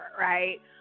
right